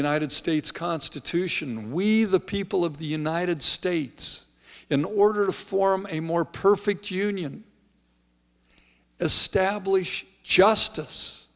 united states constitution we the people of the united states in order to form a more perfect union establish justice